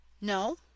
No